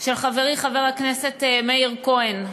של חברי חבר הכנסת מאיר כהן.